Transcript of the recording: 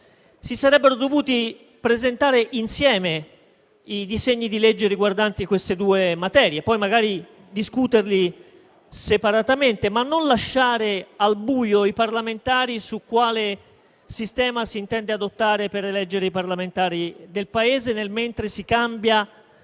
si sarebbero dovuti presentare insieme i disegni di legge riguardanti queste due materie; poi, magari, discuterli separatamente, ma non lasciare i parlamentari al buio su quale sistema si intende adottare per eleggere i parlamentari del Paese mentre si cambia